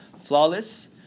flawless